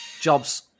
Job's